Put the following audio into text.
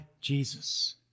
Jesus